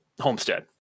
homestead